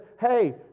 Hey